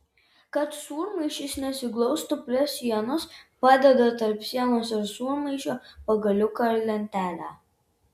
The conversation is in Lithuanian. kad sūrmaišis nesiglaustų prie sienos padeda tarp sienos ir sūrmaišio pagaliuką ar lentelę